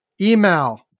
Email